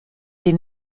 sie